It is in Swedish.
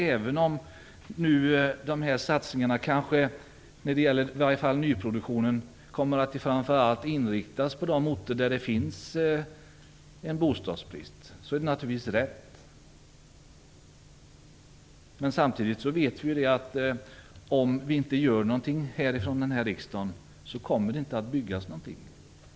Även om dessa satsningar kanske, när det gäller i varje fall nyproduktionen, kommer att inriktas på framför allt de orter där det finns bostadsbrist, så är de naturligtvis rätt satsningar. Samtidigt vet vi att om vi inte gör någonting från riksdagen, kommer det inte att byggas någonting.